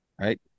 right